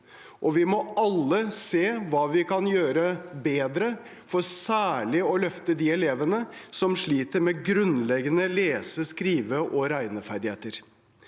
Vi må alle se hva vi kan gjøre bedre for særlig å løfte de elevene som sliter med grunnleggende lese-, skrive- og regneferdigheter.